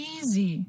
Easy